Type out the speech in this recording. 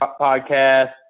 podcast